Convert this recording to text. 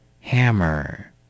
hammer